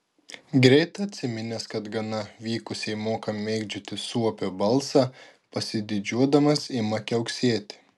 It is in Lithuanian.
greit atsiminęs kad gana vykusiai moka mėgdžioti suopio balsą pasididžiuodamas ima kiauksėti